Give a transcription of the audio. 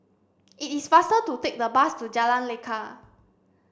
it is faster to take the bus to Jalan Lekar